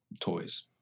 toys